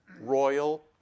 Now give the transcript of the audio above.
royal